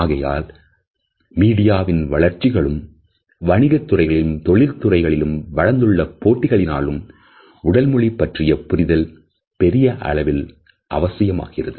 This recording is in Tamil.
ஆகையால் மீடியாவின் வளர்ச்சிகளும் வணிகத் துறைகளிலும் தொழில் துறையிலும் வளர்ந்துள்ள போட்டிகளினாலும் உடல் மொழி பற்றிய புரிதல் பெரிய அளவில் அவசியமாகிறது